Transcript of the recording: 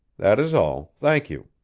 that is all, thank you!